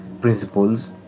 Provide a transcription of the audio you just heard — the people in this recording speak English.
principles